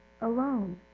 alone